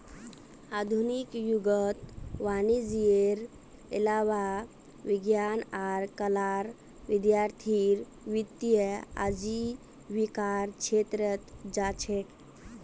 आधुनिक युगत वाणिजयेर अलावा विज्ञान आर कलार विद्यार्थीय वित्तीय आजीविकार छेत्रत जा छेक